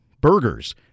burgers